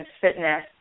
fitness